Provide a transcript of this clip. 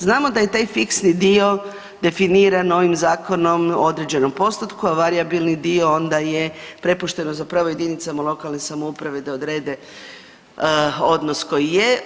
Znamo da je taj fiksni dio definiran novim zakonom o određenom postotku, a varijabilni dio onda je prepušten zapravo jedinicama lokalne samouprave da odrede odnos koji je.